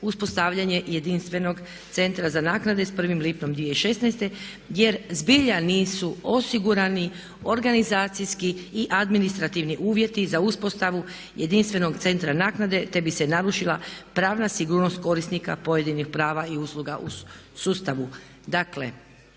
uspostavljanje jedinstvenog Centra za naknade s 1. lipnja 2016. jer zbilja nisu osigurani organizacijski i administrativni uvjeti za uspostavu jedinstvenog Centra naknade, te bi se narušila pravna sigurnost korisnika pojedinih prava i usluga u sustavu.